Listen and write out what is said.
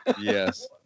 Yes